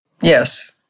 Yes